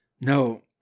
No